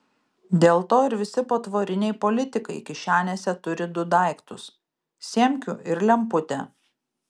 dėl to ir visi patvoriniai politikai kišenėse turi du daiktus semkių ir lemputę